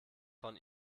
von